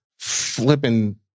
flipping